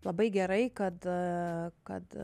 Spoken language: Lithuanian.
labai gerai kad kad